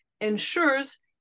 ensures